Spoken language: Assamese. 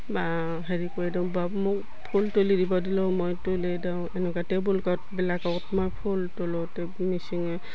বা হেৰি কৰি দিওঁ বা মোক ফুল তুলি দিব দিলেও মই তুলি দিওঁ এনেকুৱা টেবল ক্লথবিলাকত মই ফুল তোলোঁ মিচিঙে